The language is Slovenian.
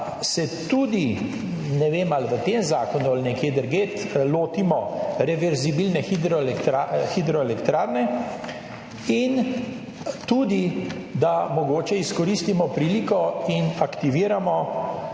se tudi, ne vem, ali v tem zakonu ali nekje drugje, lotimo reverzibilne hidroelektrarne in tudi da mogoče izkoristimo priliko in aktiviramo